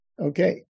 okay